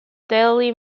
daily